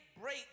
break